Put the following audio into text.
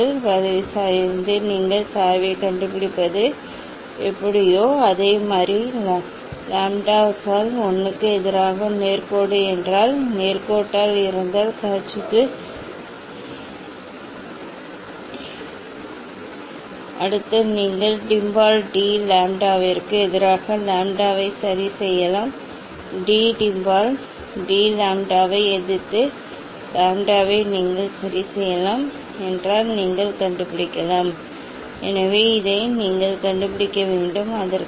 இந்த வளைவின் சாய்விலிருந்து நீங்கள் சாய்வைக் கண்டுபிடிப்பது எப்படி இந்த வளைவின் சாய்விலிருந்து நீங்கள் அலைநீளத்தைப் பெறுவீர்கள் அது லாம்ப்டாஸால் 1 க்கு எதிராக நேர் கோடு என்றால் இது நேர் கோட்டாக இருந்தால் இந்த க uch ச்சியின் உறவு சரிபார்க்கப்படுகிறது மேலும் இங்கிருந்து நீங்கள் எளிதாக A மற்றும் மதிப்பு B ஐ அறியலாம் அடுத்து நீங்கள் டி மம்பால் டி லாம்ப்டாவிற்கு எதிராக லாம்ப்டாவை சரி செய்யலாம் டி மம்பால் டி லாம்ப்டாவை எதிர்த்து லாம்ப்டாவை நீங்கள் சதி செய்யலாம் என்றால் நீங்கள் கண்டுபிடிக்கலாம் எனவே இதை நீங்கள் கண்டுபிடிக்கலாம் என்று நான் சொன்னேன்